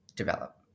develop